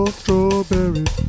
strawberries